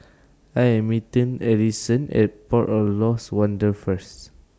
I Am meeting Alisson At Port of Lost Wonder First